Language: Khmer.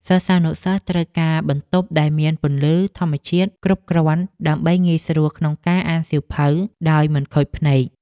សិស្សានុសិស្សត្រូវការបន្ទប់ដែលមានពន្លឺធម្មជាតិគ្រប់គ្រាន់ដើម្បីងាយស្រួលក្នុងការអានសៀវភៅដោយមិនខូចភ្នែក។